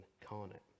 incarnate